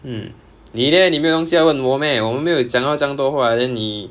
mm 你 leh 你没有东西要问我 meh 我们没有讲到这样多话 then 你